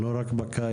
זה לא רק בקיץ,